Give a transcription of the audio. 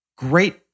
great